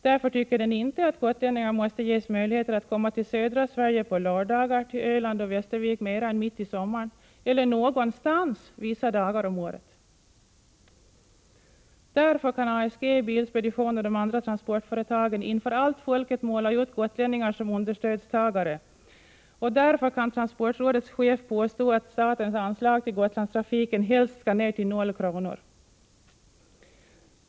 Därför tycker den inte, att gotlänningar måste ges möjligheter att komma till södra Sverige på lördagar, till Öland eller Västervik mera än mitt i sommaren, eller någonstans vissa dagar på året. Därför kan ASG, Bilspeditionen och de andra transportföretagen inför allt folket måla ut gotlänningar som understödstagare, och därför kan transportrådets chef påstå att statens anslag till Gotlandstrafiken helst skall ned till noll kronor.